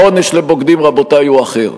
העונש לבוגדים, רבותי, הוא אחר.